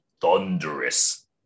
thunderous